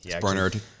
Bernard